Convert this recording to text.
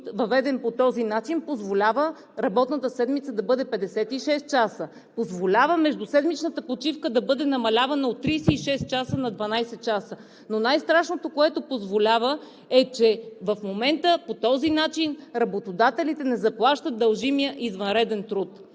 въведен по този начин, позволява работната седмица да бъде 56 часа, позволява междуседмичната почивка да бъде намалявана от 36 часа на 12 часа. Но най-страшното, което позволява, е, че в момента по този начин работодателите не заплащат дължимия извънреден труд.“